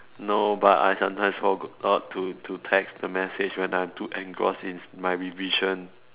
no but I sometimes forgot to to text the message when I'm too engrossed in my revision